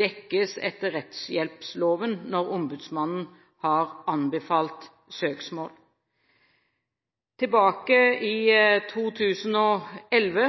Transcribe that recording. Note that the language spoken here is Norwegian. dekkes etter rettshjelploven når ombudsmannen har anbefalt søksmål. Tilbake i 2011: